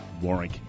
Warwick